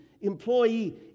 employee